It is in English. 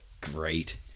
great